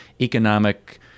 economic